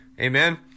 Amen